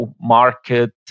market